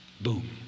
Boom